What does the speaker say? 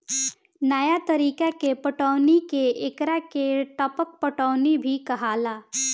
नया तरीका के पटौनी के एकरा के टपक पटौनी भी कहाला